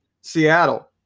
Seattle